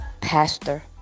Pastor